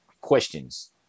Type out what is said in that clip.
questions